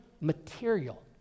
Material